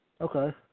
Okay